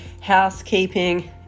housekeeping